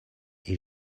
est